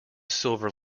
silver